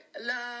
Love